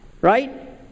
right